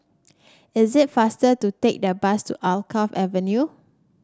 is it faster to take the bus to Alkaff Avenue